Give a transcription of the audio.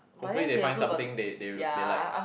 hopefully they find something they they they like